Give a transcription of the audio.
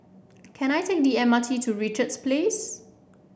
can I take the M R T to Richards Place